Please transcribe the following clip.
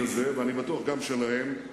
אני בטוח גם שלהם,